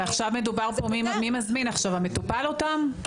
עכשיו מדובר במי מזמין, המטופל מזמין אותם?